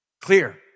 Clear